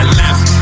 left